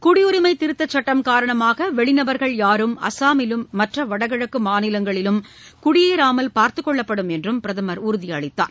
குடியுரிமை திருத்தச்சட்டம் காரணமாக வெளிநபர்கள் யாரும் அஸ்ஸாமிலும் மற்ற வடகிழக்கு மாநிலங்களிலும் குடியேறாமல் பார்த்துக்கொள்ளப்படும் என்று பிரதமர் உறுதியளித்தார்